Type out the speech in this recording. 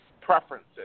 preferences